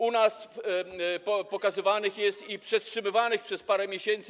U nas pokazywanych jest i przetrzymywanych przez parę miesięcy.